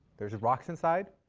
there's rocks inside.